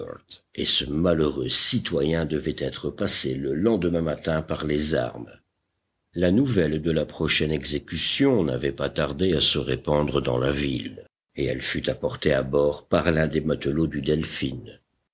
et ce malheureux citoyen devait être passé le lendemain matin par les armes la nouvelle de la prochaine exécution n'avait pas tardé à se répandre dans la ville et elle fut apportée à bord par l'un des matelots du delphin